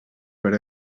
per